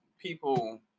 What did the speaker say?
people